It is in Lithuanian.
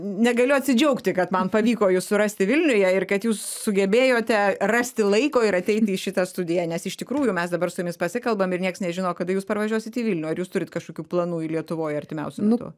negaliu atsidžiaugti kad man pavyko jus surasti vilniuje ir kad jūs sugebėjote rasti laiko ir ateiti į šitą studiją nes iš tikrųjų mes dabar su jumis pasikalbam ir nieks nežino kada jūs parvažiuosit į vilnių ar jūs turit kažkokių planų lietuvoj artimiausiu metu